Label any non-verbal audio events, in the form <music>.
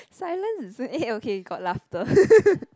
silence isn't eh okay got laughter <laughs>